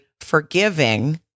forgiving